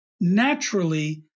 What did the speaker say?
naturally